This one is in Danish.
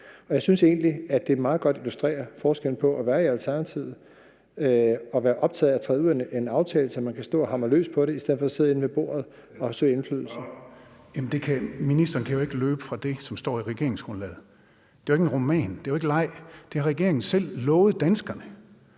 Og jeg synes egentlig, at det meget godt illustrerer forskellen på at være i Alternativet og være optaget af at træde ud af en aftale, så man kan stå og hamre løs på det, i stedet for at sidde med inde ved bordet og søge indflydelse. Kl. 15:09 Tredje næstformand (Karsten Hønge): Spørgeren. Kl. 15:09 Torsten Gejl (ALT): Men ministeren kan jo ikke løbe fra det, som står i regeringsgrundlaget. Det er jo ikke en roman. Det er jo ikke leg. Det har regeringen selv lovet danskerne.